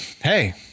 Hey